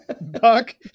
Buck